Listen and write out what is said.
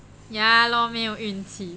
ya lor 没有运气